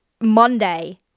Monday